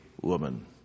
woman